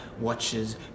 Watches